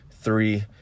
three